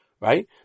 Right